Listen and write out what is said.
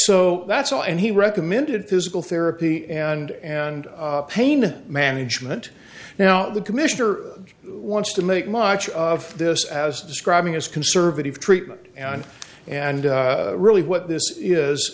so that's why and he recommended physical therapy and and pain management now the commissioner wants to make much of this as describing as conservative treatment and and really what this is